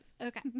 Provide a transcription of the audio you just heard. Okay